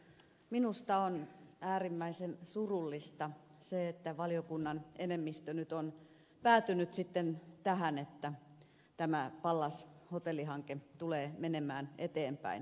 minusta on äärimmäisen surullista se että valiokunnan enemmistö on nyt sitten päätynyt tähän että pallas hotellihanke tulee menemään eteenpäin